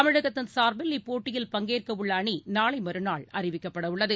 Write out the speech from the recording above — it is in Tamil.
தமிழகத்தின் சார்பில் இப்போட்டியில் பங்கேற்கவுள்ள அணி நாளை மற்நாள் அறிவிக்கப்படவுள்ளது